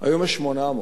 והיום יש 800?